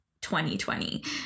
2020